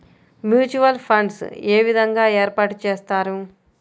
Mutual funds ఏ విధంగా ఏర్పాటు చేస్తారు?